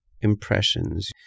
impressions